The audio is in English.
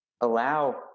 allow